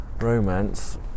romance